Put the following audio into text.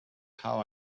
how